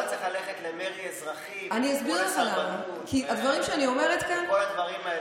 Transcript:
למה צריך ללכת למרי אזרחי וכל הסרבנות וכל הדברים האלה,